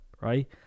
right